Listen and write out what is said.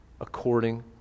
according